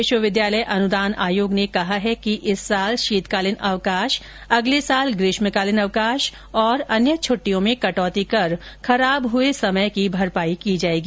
विश्वविद्यालय अनुदान आयोग ने कहा है कि इस साल शीतकालीन अवकाश अगले साल ग्रीष्मकालीन अवकाश और अन्य छट्टिटयों में कटौती कर खराब हुए समय की भरपाई की जाएगी